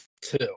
two